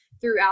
throughout